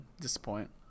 disappoint